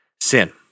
sin